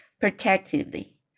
protectively